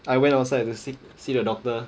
I went outside to see see the doctor